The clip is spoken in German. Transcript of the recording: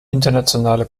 internationale